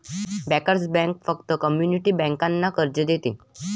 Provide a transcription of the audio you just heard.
bankers bank फक्त community बँकांना कर्ज देते